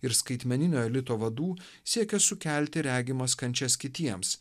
ir skaitmeninio elito vadų siekia sukelti regimas kančias kitiems